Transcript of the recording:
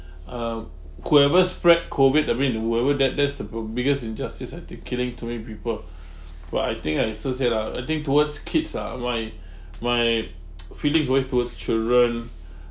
uh whoever's spread COVID I mean in the world world that that's the blo~ biggest injustice I think killing too many people but I think I also said lah I think towards kids lah my my feeling is always towards children